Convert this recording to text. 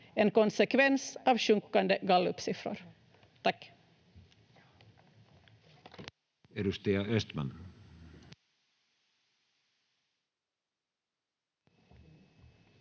en konsekvens av sjunkande gallupsiffror. — Tack.